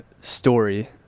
story